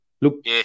Look